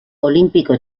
olímpico